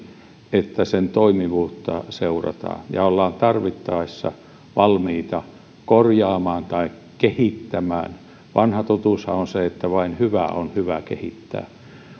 että sen toimivuutta seurataan ja ollaan tarvittaessa valmiita korjaamaan tai kehittämään vanha totuushan on se että vain hyvää on hyvä kehittää